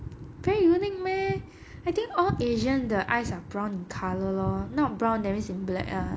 very unique meh I think all asian the eyes are brown in colour lor not brown that means in black ah